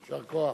יישר כוח.